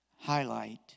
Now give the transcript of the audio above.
highlight